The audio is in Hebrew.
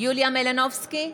יוליה מלינובסקי,